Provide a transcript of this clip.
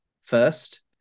first